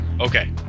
okay